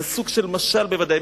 זה סוג של משל בוודאי,